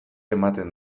ematen